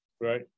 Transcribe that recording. Right